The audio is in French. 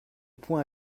points